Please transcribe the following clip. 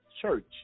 church